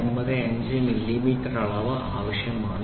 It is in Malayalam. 895 മില്ലിമീറ്റർ അളവ് ആവശ്യമാണ്